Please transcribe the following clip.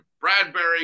Bradbury